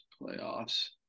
playoffs